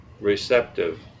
receptive